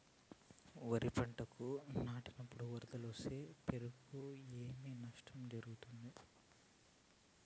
వరిపంట నాటినపుడు వరదలు వస్తే పైరుకు ఏమి నష్టం జరుగుతుంది?